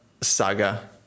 saga